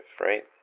right